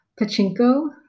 Pachinko